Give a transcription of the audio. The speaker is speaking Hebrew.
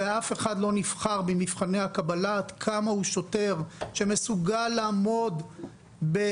ואף אחד לא נבחן במבחני הקבלה עד כמה הוא שוטר שמסוגל לעמוד בקושי,